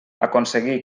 aconseguir